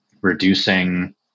reducing